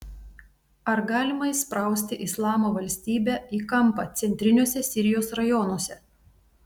ar galima įsprausti islamo valstybę į kampą centriniuose sirijos rajonuose